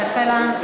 ההצבעה החלה.